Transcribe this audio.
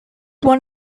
one